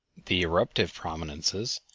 the eruptive prominences,